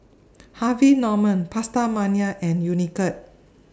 Harvey Norman PastaMania and Unicurd